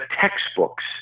textbooks